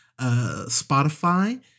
Spotify